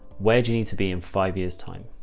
where do you need to be in five years time?